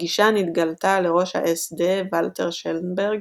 הפגישה נתגלתה לראש האס-דה ולטר שלנברג,